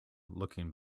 looking